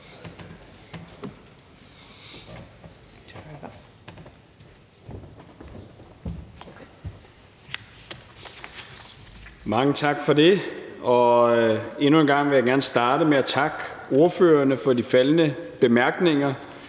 Mange tak for det. Og endnu en gang vil jeg gerne starte med at takke ordførerne for de faldne bemærkninger,